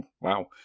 Wow